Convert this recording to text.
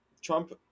Trump